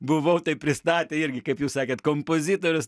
buvau tai pristatė irgi kaip jūs sakėt kompozitorius